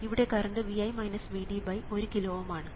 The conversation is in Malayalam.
ഇവിടെ കറണ്ട് 1 കിലോ Ω ആണ്